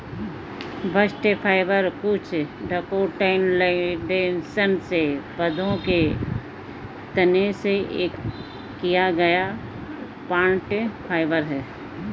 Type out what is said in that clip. bast fibre कुछ dicotyledonous पौधों के तने से एकत्र किया गया प्लांट फाइबर है